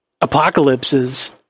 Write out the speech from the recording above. Apocalypses